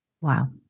Wow